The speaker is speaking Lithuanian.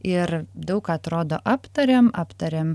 ir daug atrodo aptarėm aptarėm